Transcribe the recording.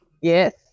Yes